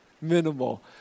minimal